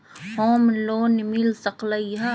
Home loan मिल सकलइ ह?